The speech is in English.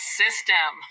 system